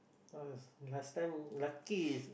ah last time lucky